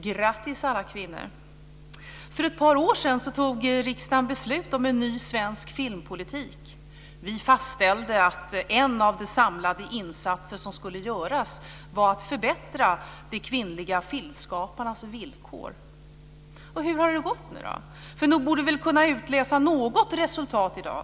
Grattis alla kvinnor! För ett par år sedan tog riksdagen beslut om en ny svensk filmpolitik. Vi fastställde att en av de samlade insatser som skulle göras var att förbättra de kvinnliga filmskaparnas villkor. Hur har det gått? Nog borde vi väl kunna utläsa något resultat i dag.